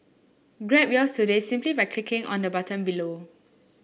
grab yours today simply by clicking on the button below